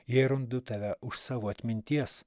jei randu tave už savo atminties